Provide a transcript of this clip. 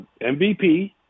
MVP